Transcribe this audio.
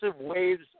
waves